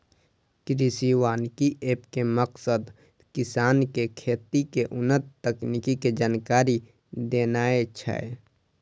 कृषि वानिकी एप के मकसद किसान कें खेती के उन्नत तकनीक के जानकारी देनाय छै